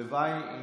הלוואי.